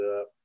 up